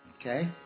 Okay